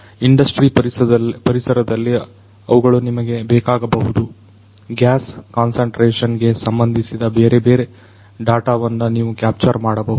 industry ಪರಿಸರದಲ್ಲಿ ಅವುಗಳು ನಿಮಗೆ ಬೇಕಾಗಬಹುದು ಗ್ಯಾಸ್ ಕಾನ್ಸಂಟ್ರೇಷನ್ ಗೆ ಸಂಬಂಧಿಸಿದ ಬೇರೆ ಬೇರೆ ಡಾಟಾವನ್ನ ನೀವು ಕ್ಯಾಪ್ಚರ್ ಮಾಡಬೇಕಾಗಬಹುದು